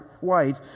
white